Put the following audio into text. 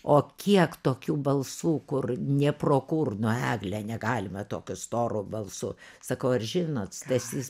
o kiek tokių balsų kur nė pro kur nu egle negalima tokiu storu balsu sakau ar žinot stasys